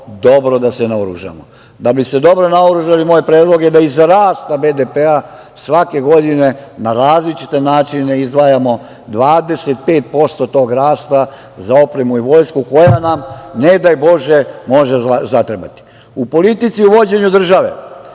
dobro da se naoružamo. Da bi se dobro naoružali moj predlog je da iza rasta BDP svake godine na različite načine izdvajamo 25% tog rasta za opremu i vojsku koja nam, ne daj Bože, može zatrebati.U politici i vođenju države